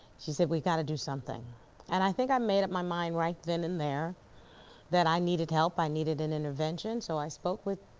she said we've gotta do something and i think i made up my mind right then and there that i needed help. i needed an intervention, so i spoke with